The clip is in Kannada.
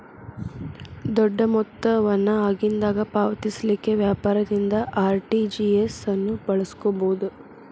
ದೊಡ್ಡ ಮೊತ್ತ ವನ್ನ ಆಗಿಂದಾಗ ಪಾವತಿಸಲಿಕ್ಕೆ ವ್ಯಾಪಾರದಿಂದ ಆರ್.ಟಿ.ಜಿ.ಎಸ್ ಅನ್ನು ಬಳಸ್ಕೊಬೊದು